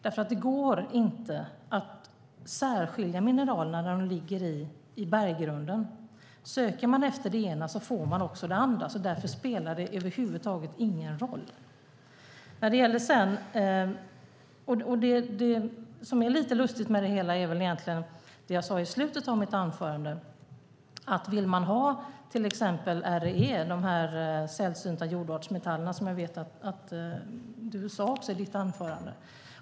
Det går inte att särskilja mineralerna när de ligger i berggrunden. Söker man efter det ena får man också det andra. Därför spelar det över huvud taget ingen roll. Det som är lite lustigt med det hela är det jag sade i slutet av mitt anförande. REE, de sällsynta jordartsmetallerna, nämnde du i ditt anförande.